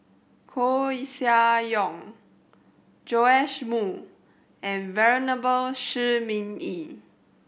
Koeh Sia Yong Joash Moo and Venerable Shi Ming Yi